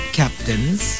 captains